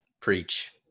Preach